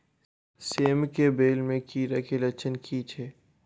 सेम कऽ बेल म कीड़ा केँ लक्षण की छै?